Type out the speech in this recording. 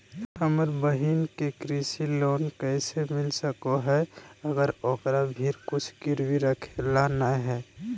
हमर बहिन के कृषि लोन कइसे मिल सको हइ, अगर ओकरा भीर कुछ गिरवी रखे ला नै हइ?